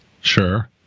Sure